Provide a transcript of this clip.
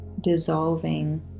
Dissolving